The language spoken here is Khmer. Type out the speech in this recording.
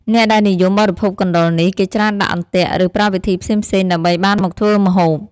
អ្នកដែលនិយមបរិភោគកណ្តុរនេះ គេច្រើនដាក់អន្ទាក់ ឬ ប្រើវិធីផ្សេងៗ ដើម្បីបានមកធ្វើម្ហូប។